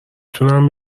تونم